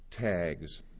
tags